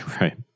Right